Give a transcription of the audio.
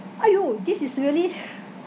!aiyo! this is really